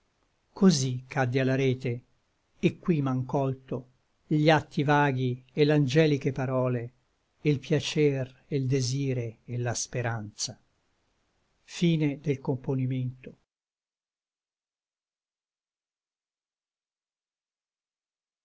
cosí caddi a la rete et qui m'àn colto gli atti vaghi et l'angeliche parole e l piacer e l desire et la speranza